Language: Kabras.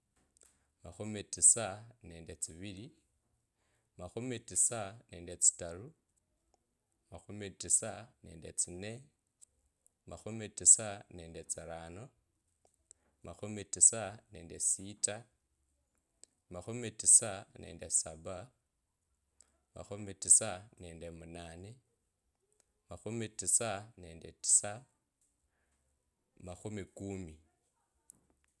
Makhumi tisa nende tsivili makhumi tisa nende nende makhumi tisa nende tsitaru makhumi tisa nende tisa makhumi tisa nende tsine makhumi tisa nende tsirano makhumi tisa nende sita makhumi tisa nende saba makhumi tisa nende munane makhumi tisa nende tisa makhumi kumi.